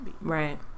Right